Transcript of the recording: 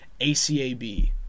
ACAB